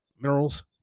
minerals